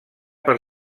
per